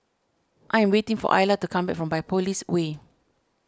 I am waiting for Illa to come back from Biopolis Way